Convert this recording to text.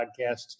podcasts